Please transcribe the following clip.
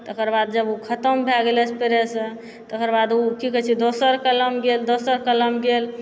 तकर बाद जब उ खतम भए गेलय स्प्रेसँ तकर बाद उ की कहय छै दोसर कलम गेल दोसर कलम गेल